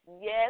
Yes